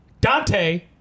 Dante